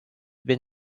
been